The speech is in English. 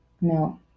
No